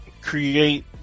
create